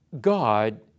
God